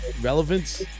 relevance